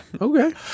Okay